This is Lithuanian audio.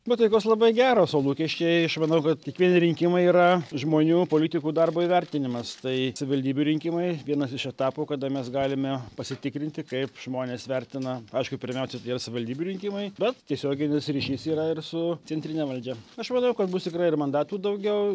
nuotaikos labai geros o lūkesčiai aš manau kad kiekvieni rinkimai yra žmonių politikų darbo įvertinimas tai savivaldybių rinkimai vienas iš etapų kada mes galime pasitikrinti kaip žmonės vertina aišku pirmiausia tai yra savivaldybių rinkimai bet tiesioginis ryšys yra ir su centrine valdžia aš manau kad bus tikrai ir mandatų daugiau